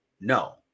No